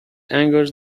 angers